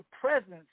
presence